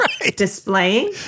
displaying